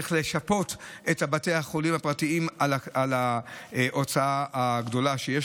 צריך לשפות את בתי החולים הפרטיים על ההוצאה הגדולה שיש